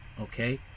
Okay